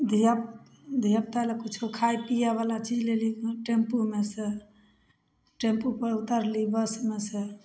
धिआ धिआपुतालए किछु खाइ पिएवला चीज लेलहुँ टेम्पूमेसँ टेम्पूपर उतरलहुँ बसमेसँ